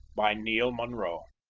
by neil munro